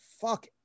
fuck